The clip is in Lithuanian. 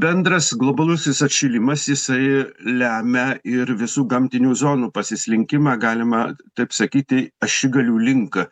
bendras globalusis atšilimas jisai lemia ir visų gamtinių zonų pasislinkimą galimą taip sakyti ašigalių link